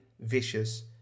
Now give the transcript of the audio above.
vicious